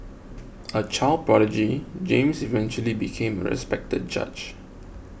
a child prodigy James eventually became a respected judge